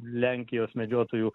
lenkijos medžiotojų